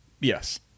Yes